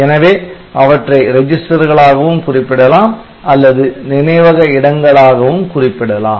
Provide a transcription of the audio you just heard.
எனவே அவற்றை ரெஜிஸ்டர்களாகவும் குறிப்பிடலாம் அல்லது நினைவக இடங்களாகவும் குறிப்பிடலாம்